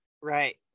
right